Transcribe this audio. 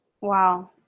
Wow